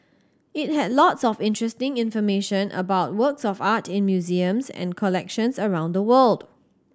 it had lots of interesting information about works of art in museums and collections around the world